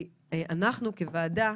אנחנו כוועדה,